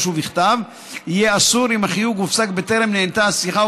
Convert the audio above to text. ובכתב יהיה אסור אם החיוג הופסק בטרם נענתה השיחה,